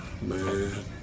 Man